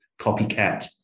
copycat